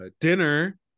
dinner